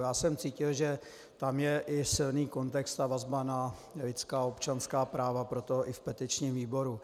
Já jsem cítil, že tam je i silný kontext a vazba na lidská a občanská práva, proto i v petičním výboru.